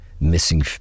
missing